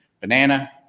banana